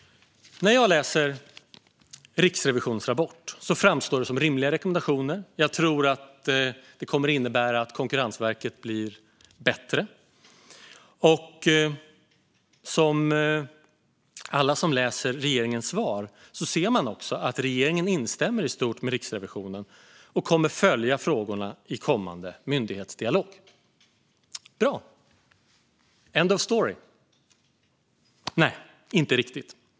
När jag läser Riksrevisionens rapport framstår det som rimliga rekommendationer. Jag tror att de kommer att innebära att Konkurrensverket blir bättre. Alla som läser regeringens svar ser också att regeringen i stort instämmer med Riksrevisionen och kommer att följa frågorna i kommande myndighetsdialog. Bra! End of story? Nej, inte riktigt.